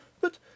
But